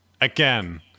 again